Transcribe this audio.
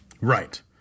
Right